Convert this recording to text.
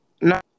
no